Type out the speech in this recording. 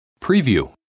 Preview